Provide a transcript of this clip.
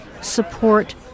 support